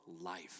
life